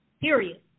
Period